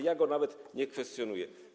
Ja go nawet nie kwestionuję.